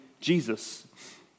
Jesus